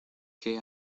qué